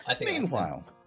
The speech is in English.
meanwhile